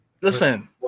Listen